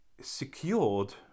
secured